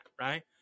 right